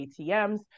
ATMs